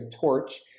torch